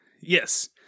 Yes